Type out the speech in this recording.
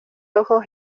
ojos